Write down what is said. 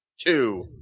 two